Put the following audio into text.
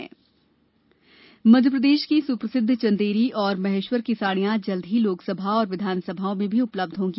हथकरघा दिवस मध्यप्रदेश की सुप्रसिद्ध चंदेरी और महेश्वर की सड़ियाँ जल्दी ही लोकसभा और विधानसभाओं में भी उपलब्ध होंगी